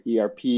ERP